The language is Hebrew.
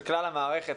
של כלל המערכת,